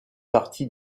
partie